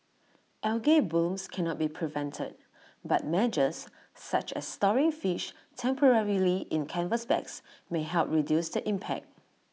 algal blooms cannot be prevented but measures such as storing fish temporarily in canvas bags may help reduce the impact